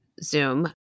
Zoom